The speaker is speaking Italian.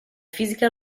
fisica